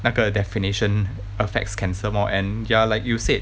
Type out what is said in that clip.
那个 definition affects cancer more and ya like you said